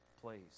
place